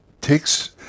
takes